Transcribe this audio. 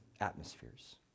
atmospheres